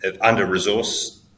under-resourced